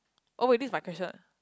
oh wait this is my question